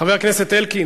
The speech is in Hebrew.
חבר הכנסת אלקין,